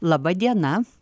laba diena